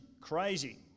crazy